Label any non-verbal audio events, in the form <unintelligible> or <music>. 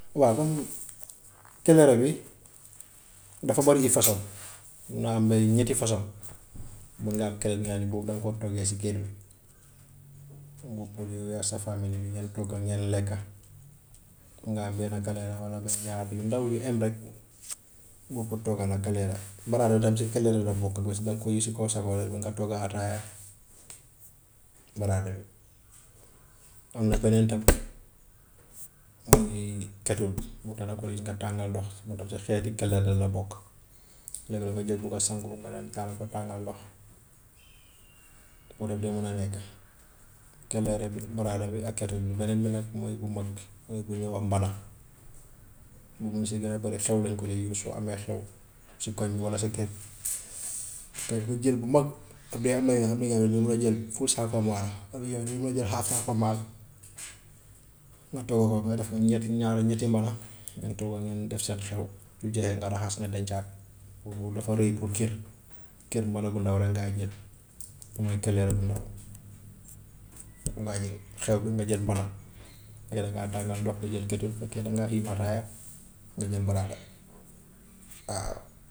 Waa comme kaleere bi dafa bari façon mun naa am ba ñetti façons. Mun naa am kaleere bi nga xam ne boobu danga koy toggee si kër, mu pour yaag sa family bi ngeen togga ngeen togga ngeen lekka. Nga am benn kaleere walla benn <noise> ñaxatu yu ndaw yu em rek bokk togg na kaleere, baraada tam si kaleere la bokk cause danga koy use si kaw safara bi nga togga ataaya baraada bi. Am na beneen tam <noise> muy ketub boobu tam danga koy use nga tàngal ndox moom tam si xeeti kaleere la bokk, léegi dafa jël bugga sangu, nga dem taal ko tàngal ndox boobu tam day mun a nekk. kaleere bi, baraada bi, ak ketub bi. Beneen bi nag mooy bu mag mooy bu ñuy wax mbana lu mu si gën a bari xew lañ koy use soo amee xew si koñ bi walla sa kër, <noise> danga koy jël bu mag, ku dee am na yoo xam ne yow moom ngay jël <unintelligible> nga togg ko nga def ko ñetti ñaar ñetti mbana, ngeen togga ngeen def seen xew, su jeexee nga raxas nga dencaat boobu dafa rëy pour kër, kër mbana bu ndaw rek ngay jël <noise> mooy kaleere bu ndaw moom ngay jël. Xew mun nga jël mbana su dee dangaa tàngal ndox nga jël ketub, su fekkee dangaa xiim ataaya nga jël baraada <noise> waaw.